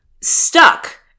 stuck